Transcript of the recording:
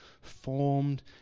formed